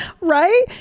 right